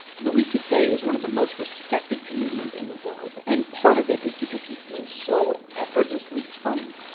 louis c k. is one of the most respected comedians in the world and part of it is because he seemed so effortlessly funny.